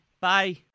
Bye